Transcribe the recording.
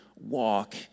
walk